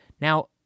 Now